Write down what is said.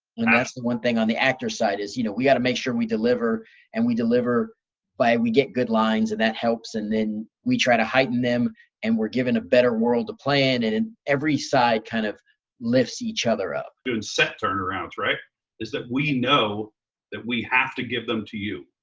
and that's the one thing on the actor side is you know we gotta make sure we deliver and we deliver by we get good lines and that helps. and then we try to heighten them and we're given a better world to play in, and and every side kind of lifts each other up. doing set turnarounds is that we know that we have to give them to you.